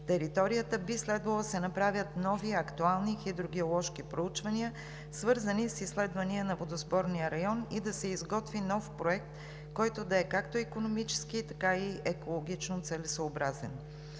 територията, то би следвало да се направят нови, актуални хидрогеоложки проучвания, свързани с изследвания на водосборния район и да се изготви нов проект, който да е икономически и екологично целесъобразен.